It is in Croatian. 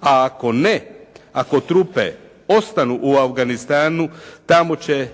A ako ne, ako trupe ostanu u Afganistanu tamo će